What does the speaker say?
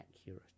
accurate